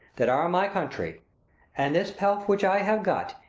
that are my country and this pelf which i have got,